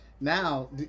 Now